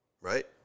Right